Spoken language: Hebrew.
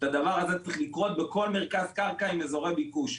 הדבר הזה צריך לקרות בכל מכרז קרקע עם אזורי ביקוש.